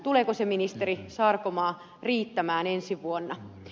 tuleeko se ministeri sarkomaa riittämään ensi vuonna